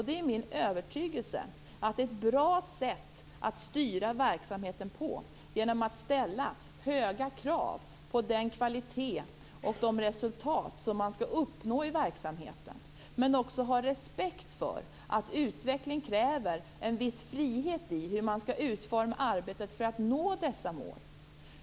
Det är min övertygelse att det är ett bra sätt att styra verksamheten att ställa höga krav på den kvalitet och de resultat som man skall uppnå i verksamheten. Men man skall också ha respekt för att utveckling kräver en viss frihet i utformningen av arbetet för att nå dessa mål.